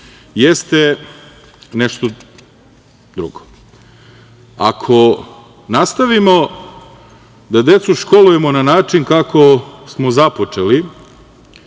jeste nešto drugo. Ako nastavimo da decu školujemo na način kako smo započeli